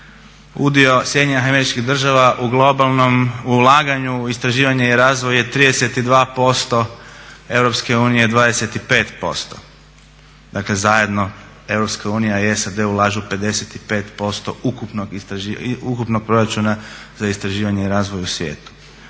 Udio Sjedinjenih Američkih Država u globalnom ulaganju, istraživanje i razvoj je 32%, Europske unije je 25%. Dakle zajedno Europska unija i SAD ulažu 55% ukupnog proračuna za istraživanje i razvoj u svijetu.